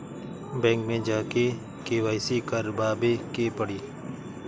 Bank मे जा के के.वाइ.सी करबाबे के पड़ी?